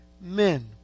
men